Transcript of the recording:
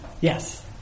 Yes